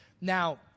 now